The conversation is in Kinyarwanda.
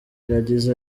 yagize